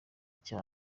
cya